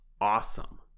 awesome